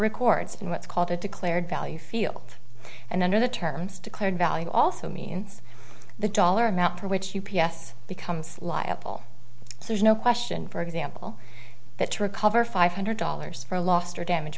records and what's called a declared value field and under the terms declared value also means the dollar amount for which you p s becomes liable so there's no question for example that to recover five hundred dollars for a lost or damage